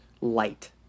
light